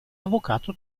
avvocato